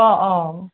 অ অ